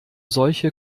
solche